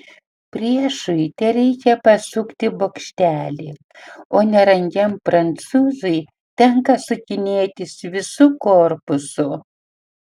priešui tereikia pasukti bokštelį o nerangiam prancūzui tenka sukinėtis visu korpusu